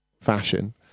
fashion